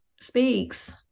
speaks